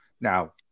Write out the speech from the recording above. Now